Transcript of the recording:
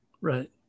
Right